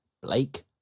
Blake